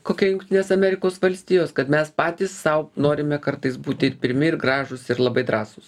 kokia jungtinės amerikos valstijos kad mes patys sau norime kartais būti pirmi ir gražūs ir labai drąsūs